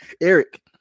Eric